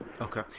Okay